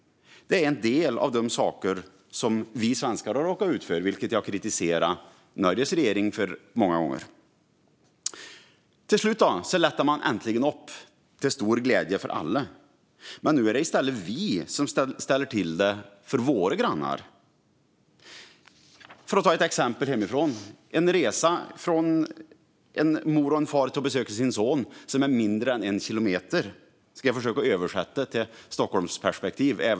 Det här är en del av de saker som vi svenskar har råkat ut för, vilket jag har kritiserat Norges regering för många gånger. Till slut lättade man äntligen på detta, till stor glädje för alla. Men nu är det i stället vi som ställer till det för våra grannar. Låt mig ta ett exempel hemifrån: resan som en mor och en far gör för att besöka sin son. Den är på mindre än en kilometer. Jag ska försöka översätta det till ett Stockholmsperspektiv.